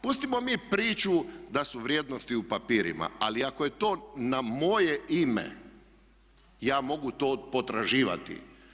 Pustimo mi priču da su vrijednosti u papirima ali ako je to na moje ime ja mogu to potraživati.